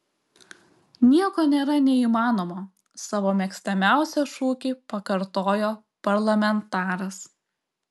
nieko nėra neįmanomo savo mėgstamiausią šūkį pakartojo parlamentaras